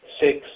Six